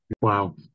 Wow